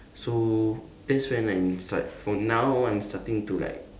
so that's when I decide from now on starting to like